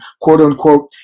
quote-unquote